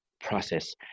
process